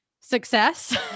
success